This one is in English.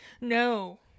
no